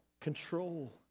control